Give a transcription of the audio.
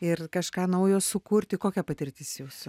ir kažką naujo sukurti kokia patirtis jūsų